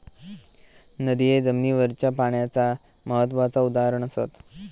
नदिये जमिनीवरच्या पाण्याचा महत्त्वाचा उदाहरण असत